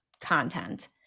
content